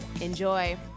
Enjoy